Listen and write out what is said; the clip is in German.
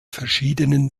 verschiedenen